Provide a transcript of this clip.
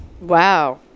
wow